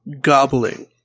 gobbling